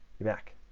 you're back.